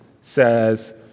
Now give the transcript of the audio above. says